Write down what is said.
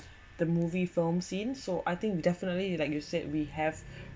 the movie from scene so I think definitely you like you said we have